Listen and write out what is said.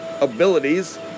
abilities